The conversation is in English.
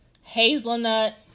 Hazelnut